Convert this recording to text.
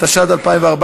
התשע"ד 2014,